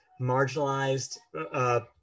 marginalized